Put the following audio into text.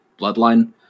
bloodline